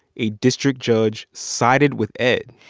a district judge sided with ed.